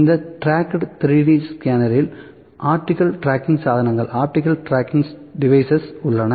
இந்த track 3D ஸ்கேனரில் optical tracking சாதனங்கள் உள்ளன